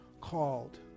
called